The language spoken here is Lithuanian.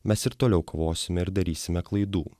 mes ir toliau kovosime ir darysime klaidų